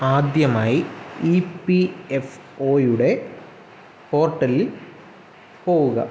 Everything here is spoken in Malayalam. ആദ്യമായി ഇ പി എഫ് ഒയുടെ പോർട്ടലിൽ പോവുക